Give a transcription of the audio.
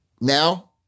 Now